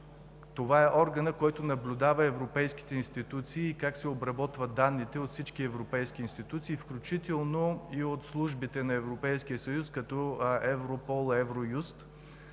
Това е органът, който наблюдава европейските институции как се обработват данните от всички европейски институции, включително и от службите на Европейския съюз като Европол, Евроюст.